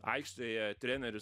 aikštėje treneris